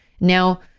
Now